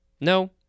No